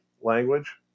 language